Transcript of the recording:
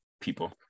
people